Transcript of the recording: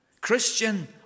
Christian